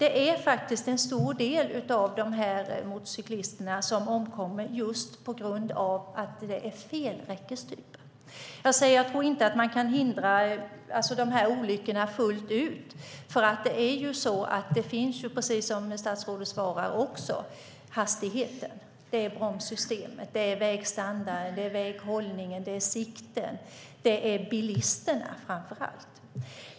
En stor del av motorcyklisterna omkommer just på grund av att det är fel räckestyp. Jag tror inte att man kan förhindra olyckorna fullt ut. Precis som statsrådet svarar har vi också hastigheten, bromssystemet, vägstandarden, väghållningen, sikten och framför allt bilisterna.